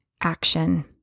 action